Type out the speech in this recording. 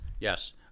Yes